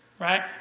right